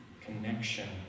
connection